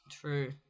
True